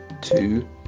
two